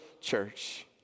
church